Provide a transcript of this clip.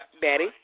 Betty